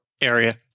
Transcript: area